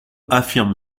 affirme